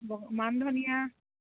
বহু মানধনীয়া